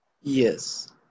Yes